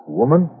woman